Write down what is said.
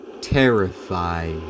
terrified